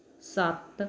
ਸੱਤ